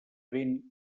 vent